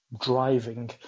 driving